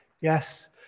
Yes